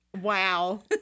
Wow